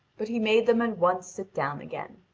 but he made them at once sit down again.